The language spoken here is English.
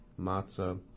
Matzah